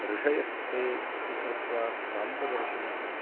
ऋषयस्ते इति कृत्वा क्रान्तदर्शिनः